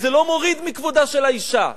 וזה לא מוריד מכבודה של האשה.